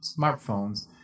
smartphones